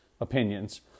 opinions